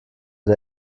der